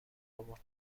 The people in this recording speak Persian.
آورد